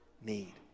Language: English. need